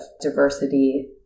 diversity